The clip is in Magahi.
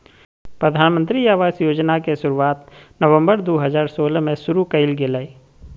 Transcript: प्रधानमंत्री आवास योजना के शुरुआत नवम्बर दू हजार सोलह में शुरु कइल गेलय